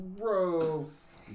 Gross